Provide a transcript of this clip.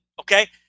okay